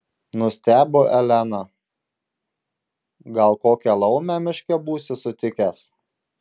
nustebo elena gal kokią laumę miške būsi sutikęs